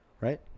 Right